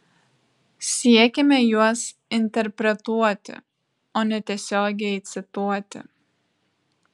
siekiame juos interpretuoti o ne tiesiogiai cituoti